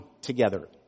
together